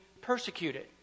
persecuted